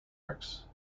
works